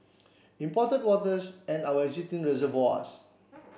imported and our existing reservoirs